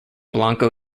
blanco